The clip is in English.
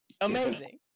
Amazing